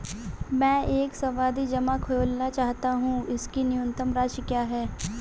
मैं एक सावधि जमा खोलना चाहता हूं इसकी न्यूनतम राशि क्या है?